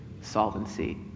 solvency